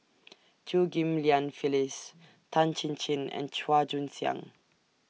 Chew Ghim Lian Phyllis Tan Chin Chin and Chua Joon Siang